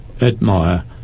admire